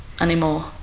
anymore